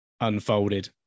unfolded